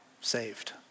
saved